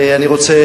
אני רוצה,